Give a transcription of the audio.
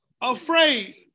Afraid